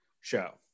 show